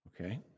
okay